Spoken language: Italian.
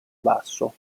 basso